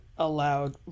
allowed